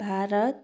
Bharat